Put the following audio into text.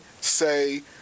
say